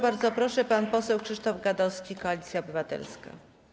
Bardzo proszę, pan poseł Krzysztof Gadowski, Koalicja Obywatelska.